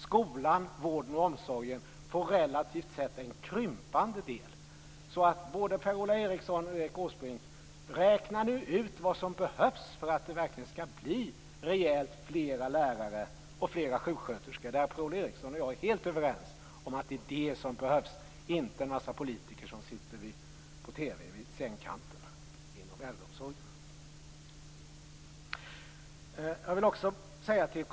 Skolan, vården och omsorgen får relativt sett en krympande del. Räkna nu ut, både Per-Ola Eriksson och Erik Åsbrink, vad som behövs för att det verkligen skall bli rejält flera lärare och sjuksköterskor. Där är Per-Ola Eriksson och jag helt överens om att det är det som behövs, inte en massa politiker som visas i TV sittande vid sängkanten inom äldreomsorgen.